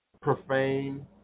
profane